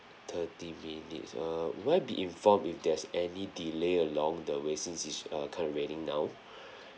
thirty minuets err will I be informed if there's any delay along the way since it's uh currently raining now